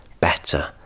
better